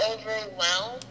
overwhelmed